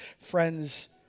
friends